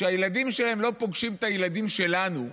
שהילדים שלהם לא פוגשים את הילדים שלנו בצבא,